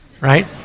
right